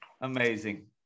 Amazing